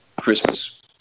Christmas